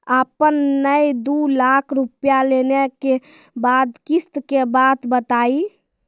आपन ने दू लाख रुपिया लेने के बाद किस्त के बात बतायी?